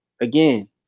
again